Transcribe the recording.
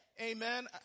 Amen